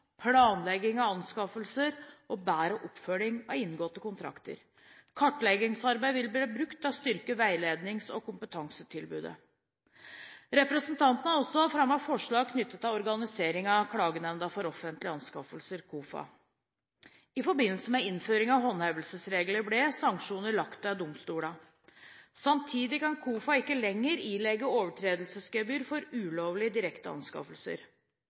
planlegging av anskaffelser og bedre oppfølging av inngåtte kontrakter. Kartleggingsarbeidet blir brukt til å styrke veilednings- og kompetansetilbudet. Representantene har også fremmet forslag knyttet til organiseringen av Klagenemnda for offentlige anskaffelser, KOFA. I forbindelse med innføringen av nye håndhevelsesregler ble sanksjoner lagt til domstolene. Samtidig kan KOFA ikke lenger ilegge overtredelsesgebyr for ulovlige direkte anskaffelser.